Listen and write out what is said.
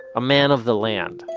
a man of the land.